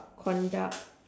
conduct